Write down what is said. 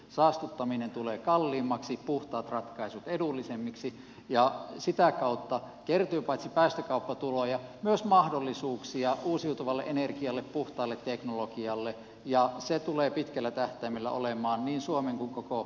saastuttaminen tulee kalliimmaksi puhtaat ratkaisut edullisemmiksi ja sitä kautta kertyy paitsi päästökauppatuloja myös mahdollisuuksia uusiutuvalle energialle puhtaalle teknologialle ja se tulee pitkällä tähtäimellä olemaan niin suomen kuin koko eunkin hyöty